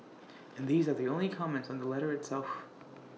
and these are the only comments on the letter itself